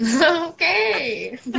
Okay